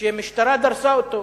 שמשטרה דרסה אותו.